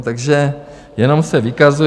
Takže jenom se vykazuje.